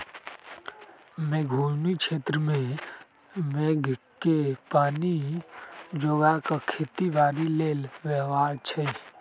मेघोउनी क्षेत्र में मेघके पानी जोगा कऽ खेती बाड़ी लेल व्यव्हार छै